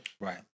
Right